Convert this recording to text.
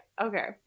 Okay